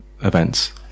events